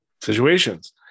situations